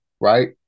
right